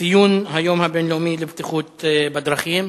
ציון היום הבין-לאומי לבטיחות בדרכים.